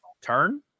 turn